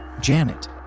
Janet